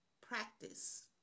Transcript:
practice